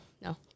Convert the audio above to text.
No